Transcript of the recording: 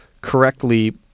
correctly